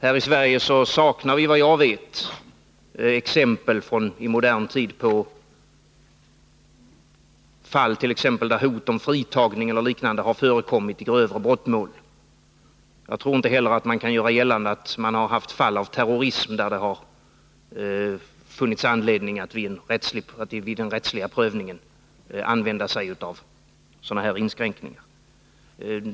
Här i Sverige saknar vi, såvitt jag vet, exempel i modern tid på fall där hot om fritagning eller liknande har förekommit i grövre brottmål. Jag tror inte heller att man kan göra gällande att man har haft fall av terrorism där det har funnits anledning att vid den rättsliga prövningen använda sig av sådana här inskränkningar.